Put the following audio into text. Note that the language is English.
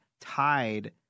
tied